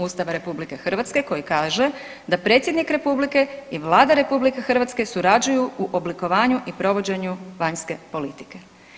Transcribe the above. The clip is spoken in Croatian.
Ustava RH koji kaže da predsjednik Republike i Vlada RH surađuju u oblikovanju i provođenju vanjske politike.